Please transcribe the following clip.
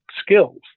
skills